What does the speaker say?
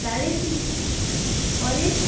ଚାଳିଶ ପନିର